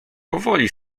powoli